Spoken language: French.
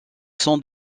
son